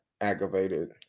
aggravated